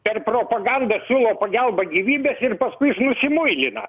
per propagandą siūlo pagelbą gyvybės ir paskui jis nusimuilina